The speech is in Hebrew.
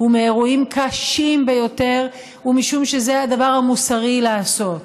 ומאירועים קשים ביותר ומשום שזה הדבר המוסרי לעשות,